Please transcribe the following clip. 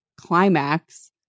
climax